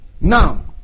Now